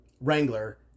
Wrangler